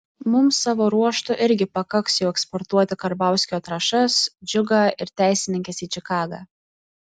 mums savo ruožtu irgi pakaks jau eksportuoti karbauskio trąšas džiugą ir teisininkes į čikagą